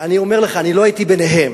אני אומר לך, אני לא הייתי ביניהם,